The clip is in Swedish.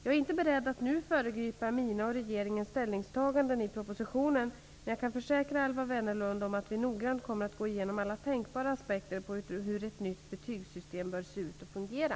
Jag är inte beredd att nu föregripa mina och regeringens ställningstagande i propositionen, man jag kan försäkra Alwa Wennerlund att vi noggrant kommer att gå igenom alla tänkbara aspekter på hur ett nytt betygssystem bör se ut och fungera.